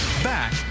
Back